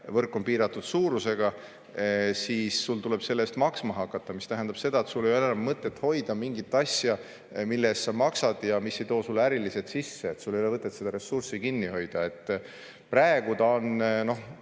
võrk on piiratud suurusega –, siis sul tuleb selle eest maksma hakata. See tähendab seda, et sul ei ole mõtet hoida mingit asja, mille eest sa maksad ja mis ei too sulle äriliselt sisse. Sul ei ole mõtet seda ressurssi kinni hoida. Praegu ta on, noh,